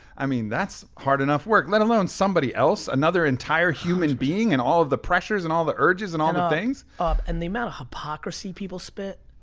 i mean, that's hard enough work, let alone somebody else, another entire human being and all the pressures and all the urges and all the things. um and the amount of hypocrisy people spend,